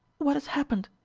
what has happened?